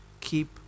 Keep